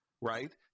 right